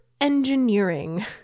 engineering